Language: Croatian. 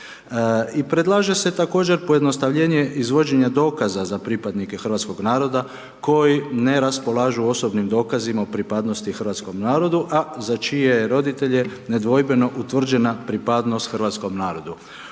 I predlaže se također pojednostavljenje izvođenja dokaza za pripadnike hrvatskog naroda koji ne raspolažu osobnim dokazima o pripadnosti hrvatskom narodu, a za čije je roditelje nedvojbeno utvrđena pripadnost hrvatskom narodu.